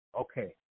okay